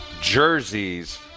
jerseys